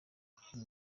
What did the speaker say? hari